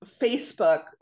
Facebook